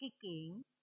kicking